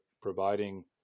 providing